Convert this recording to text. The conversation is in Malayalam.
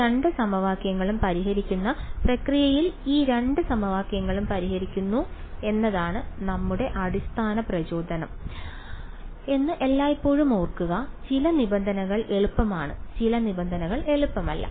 ഈ രണ്ട് സമവാക്യങ്ങളും പരിഹരിക്കുന്ന പ്രക്രിയയിൽ ഈ രണ്ട് സമവാക്യങ്ങളും പരിഹരിക്കുക എന്നതാണ് നമ്മുടെ അടിസ്ഥാന പ്രചോദനം എന്നത് എല്ലായ്പ്പോഴും ഓർമ്മിക്കുക ചില നിബന്ധനകൾ എളുപ്പമാണ് ചില നിബന്ധനകൾ എളുപ്പമല്ല